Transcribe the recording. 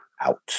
Out